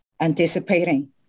anticipating